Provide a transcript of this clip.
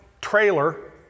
trailer